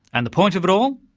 and the point of it all?